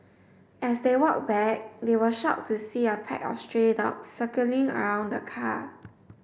as they walked back they were shocked to see a pack of stray dogs circling around the car